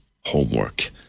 homework